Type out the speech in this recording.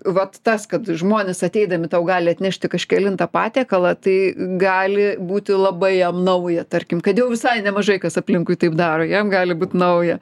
vat tas kad žmonės ateidami tau gali atnešti kažkelintą patiekalą tai gali būti labai jam nauja tarkim kad jau visai nemažai kas aplinkui taip daro jam gali būt nauja